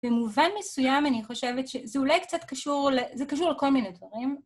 במובן מסוים אני חושבת ש, זה אולי קצת קשור, זה קשור לכל מיני דברים.